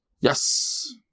Yes